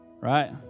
Right